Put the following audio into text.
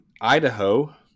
Idaho